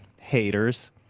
haters